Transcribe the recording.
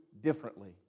differently